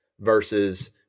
versus